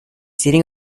sitting